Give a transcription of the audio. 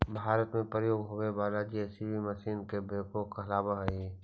भारत में प्रयोग होवे वाला जे.सी.बी मशीन ही बेक्हो कहलावऽ हई